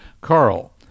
Carl